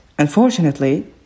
Unfortunately